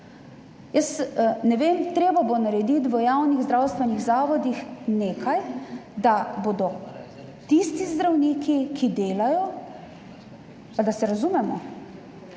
Jaz ne vem, treba bo v javnih zdravstvenih zavodih narediti nekaj, da bodo tisti zdravniki, ki delajo, pa da se razumemo,